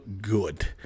good